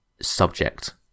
subject